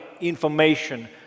information